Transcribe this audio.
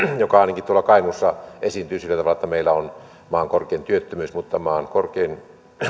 joka ainakin tuolla kainuussa esiintyy sillä tavalla että meillä on maan korkein työttömyys mutta myös maan korkein